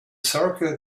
circle